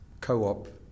co-op